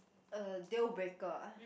a deal breaker ah